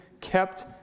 kept